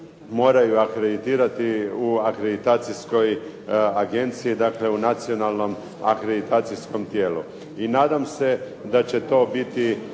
moraju akreditirati u akreditacijskoj agenciji, dakle u nacionalnom akreditacijskom tijelu. I nadam se da će to biti